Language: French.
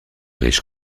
riches